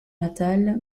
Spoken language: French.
natal